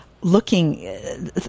looking –